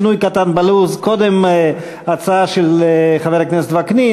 שינוי קטן בלו"ז: קודם הצעה של חבר הכנסת וקנין